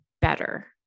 better